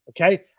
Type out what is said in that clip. okay